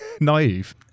naive